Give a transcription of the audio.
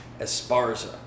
Esparza